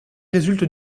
résulte